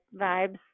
vibes